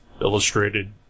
illustrated